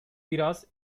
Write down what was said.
biraz